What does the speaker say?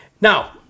Now